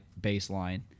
baseline